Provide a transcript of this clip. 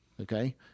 okay